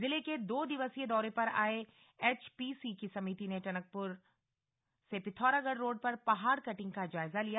जिले के दो दिवसीय दौरे पर आए एच पी सी की समिति ने टनकपुर से पिथौरागढ़ रोड पर पहाड़ कटिंग का जायजा लिया